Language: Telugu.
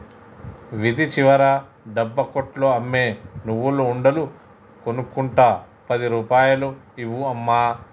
వీధి చివర డబ్బా కొట్లో అమ్మే నువ్వుల ఉండలు కొనుక్కుంట పది రూపాయలు ఇవ్వు అమ్మా